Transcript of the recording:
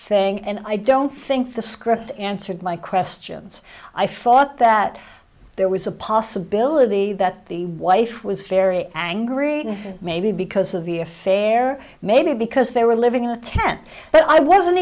thing and i don't think the script answered my questions i thought that there was a possibility that the wife was very angry maybe because of the affair maybe because they were living in a tent but i wasn't